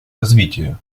развития